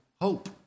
hope